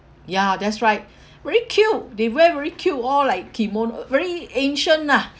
ya that's right very cute they wear very cute all like kimono err very ancient ah